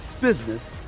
business